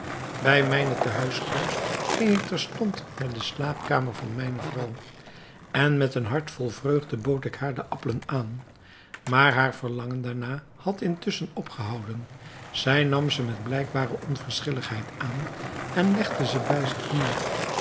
bij mijne tehuiskomst ging ik terstond naar de slaapkamer van mijne vrouw en met een hart vol vreugde bood ik haar de appelen aan maar haar verlangen daarna had intusschen opgehouden zij nam ze met blijkbare onverschilligheid aan en legde ze bij zich neer